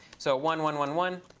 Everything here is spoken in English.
so, one one one one.